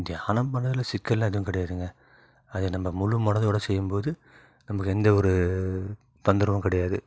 தியானம் பண்ணுறதில் சிக்கல் ஏதும் கிடையாதுங்க அது நம்ப முழு மனத்தோடு செய்யும்போது நமக்கு எந்த ஒரு தொந்தரவும் கிடையாது